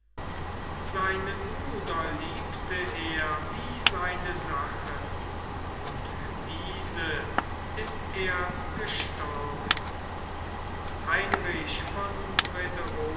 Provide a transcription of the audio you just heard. seinen bruder liebte er wie seine sache und für diese ist er gestorben heinrich von